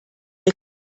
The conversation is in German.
ihr